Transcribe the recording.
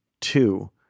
Two